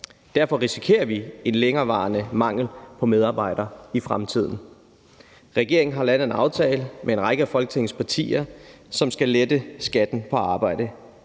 Derfor risikerer vi en længerevarende mangel på medarbejdere i fremtiden. Regeringen har landet en aftale med en række af Folketingets partier, som skal lette skatten på arbejde.